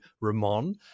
Ramon